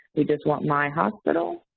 we just want my hospital,